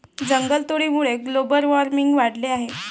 जंगलतोडीमुळे global warming वाढले आहे